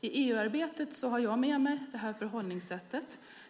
I EU-arbetet har jag med mig detta förhållningssätt.